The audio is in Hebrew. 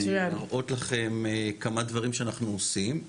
להראות לכם כמה דברים שאנחנו עושים.